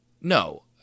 no